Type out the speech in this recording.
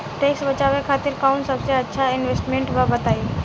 Tax बचावे खातिर कऊन सबसे अच्छा इन्वेस्टमेंट बा बताई?